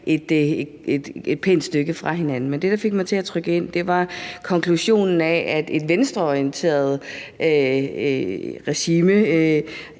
et pænt stykke fra hinanden. Men det, der fik mig til at trykke mig ind, var konklusionen om, at et venstreorienteret regime